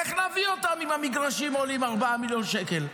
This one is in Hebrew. איך נביא אותם, אם המגרשים עולים 4 מיליון שקל?